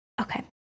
Okay